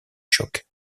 choc